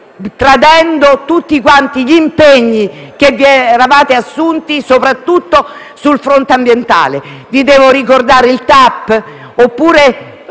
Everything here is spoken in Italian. tradendo tutti gli impegni che vi eravate assunti soprattutto sul fronte ambientale. Vi devo ricordare la TAP oppure